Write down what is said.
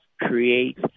create